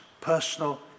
personal